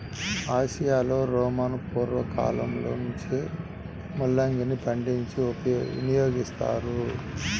ఆసియాలో రోమను పూర్వ కాలంలో నుంచే ముల్లంగిని పండించి వినియోగిస్తున్నారు